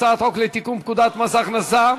הצעת חוק לתיקון פקודת מס הכנסה,